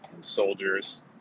soldiers